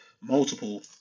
multiple